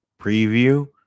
preview